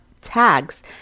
tags